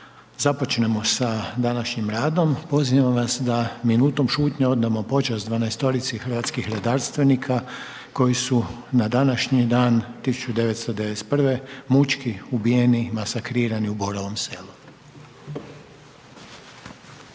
započnemo sa današnjim radom, pozivam vas da minutom šutnje odamo počast 12-orici hrvatskih redarstvenika koji su na današnji dan 1991. mučki ubijeni, masakrirani u Borovom selu.